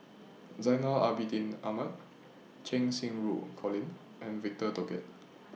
Zainal Abidin Ahmad Cheng Xinru Colin and Victor Doggett